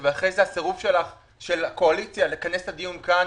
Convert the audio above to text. של הקואליציה לכנס את הדיון כאן,